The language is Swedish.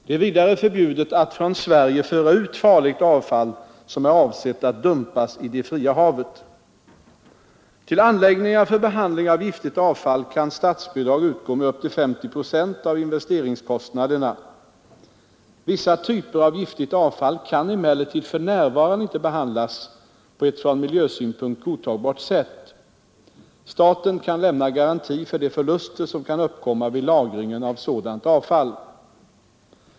Det är vidare förbjudet att från Sverige föra ut farligt avfall som är avsett att dumpas i det fria havet. Till anläggningar för behandling av giftigt avfall kan statsbidrag utgå med upp till 50 procent av investeringskostnaderna. Vissa typer av giftigt avfall kan emellertid för närvarande inte behandlas på ett från miljösynpunkt godtagbart sätt. Staten kan lämna garanti för de förluster som kan uppkomma vid lagringen av sådant avfall.